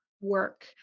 work